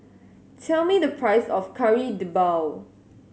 tell me the price of Kari Debal